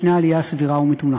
יש עלייה סבירה ומתונה.